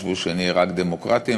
הכול, כל החוקים.